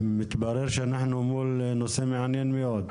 מתברר שאנחנו מול נושא מעניין מאוד.